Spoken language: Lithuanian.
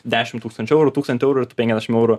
dešimt tūkstančių eurų tūkstantį eurų ir tu penkiasdešimt eurų